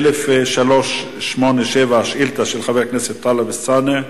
שאילתא 1387 של חבר הכנסת טלב אלסאנע.